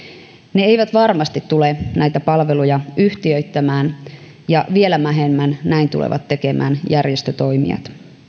ne eivät varmasti tule näitä palveluja yhtiöittämään ja vielä vähemmän näin tulevat tekemään järjestötoimijat